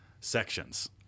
sections